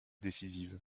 décisive